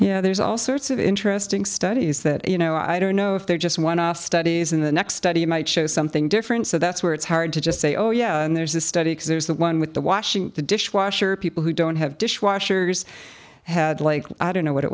yeah there's all sorts of interesting studies that you know i don't know if they're just one off studies in the next study might show something different so that's where it's hard to just say oh yeah and there's this study exit was the one with the washing the dishwasher people who don't have dishwashers had like i don't know what it